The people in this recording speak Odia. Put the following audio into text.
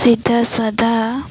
ସିଧାସାଧା